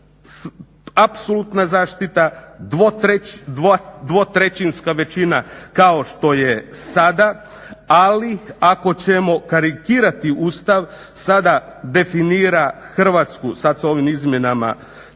apsolutna zaštita 2/3-ska većina kao što je sada, ali ako ćemo karikirati Ustav sada definira Hrvatsku sad s ovim izmjenama